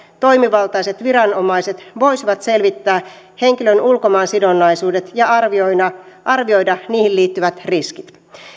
toimivaltaiset viranomaiset voisivat selvittää henkilön ulkomaansidonnaisuudet ja arvioida arvioida niihin liittyvät riskit